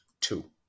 Two